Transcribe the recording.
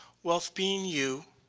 wealth being you.